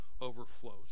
overflows